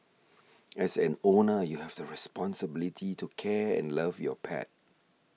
as an owner you have the responsibility to care and love your pet